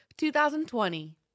2020